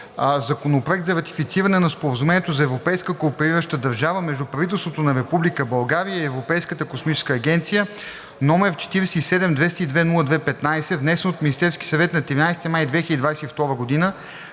Законопроект за ратифициране на Споразумението за европейска кооперираща държава между правителството на Република България и Европейската космическа агенция, № 47-202-02-15, внесен от Министерския съвет на 13 май 2022 г., да